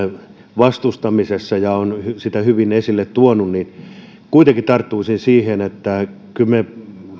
vastustamisessa ja on sitä hyvin esille tuonut niin kuitenkin tarttuisin siihen että kyllä